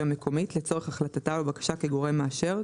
המקומית לצורך החלטתה בבקשה כגורם מאשר,